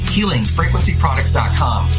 HealingFrequencyProducts.com